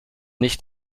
nicht